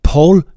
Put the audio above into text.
Paul